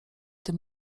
tym